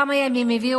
מדינת ישראל